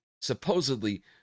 supposedly